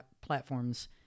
platforms